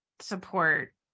support